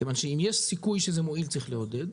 כיוון שאם יש סיכוי שזה מועיל צריך לעודד.